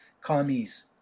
Commies